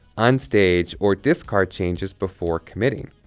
unstage, or discard changes before committing.